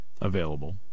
available